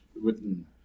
written